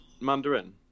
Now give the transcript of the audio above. Mandarin